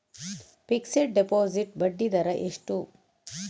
Fixed deposit ಬಡ್ಡಿ ದರ ಎಷ್ಟು?